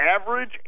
average